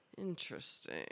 Interesting